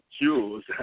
choose